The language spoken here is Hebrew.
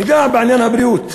ניגע בעניין הבריאות,